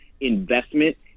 investment